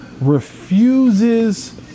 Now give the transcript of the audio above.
refuses